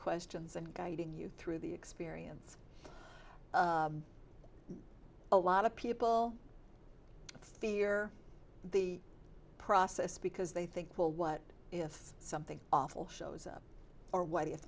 questions and guiding you through the experience a lot of people i fear the process because they think well what if something awful shows up or what i